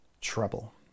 trouble